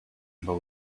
but